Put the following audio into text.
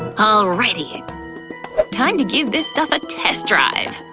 alrighty, time to give this stuff a test drive.